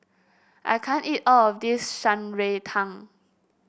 I can't eat all of this Shan Rui Tang